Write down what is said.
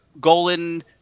Golan